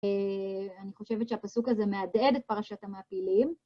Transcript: אני חושבת שהפסוק הזה מהדהד את פרשת המעפילים.